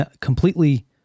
completely